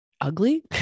ugly